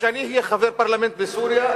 כשאני אהיה חבר פרלמנט בסוריה,